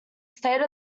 state